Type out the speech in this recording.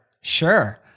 sure